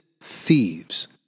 thieves